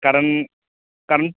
कारण कारण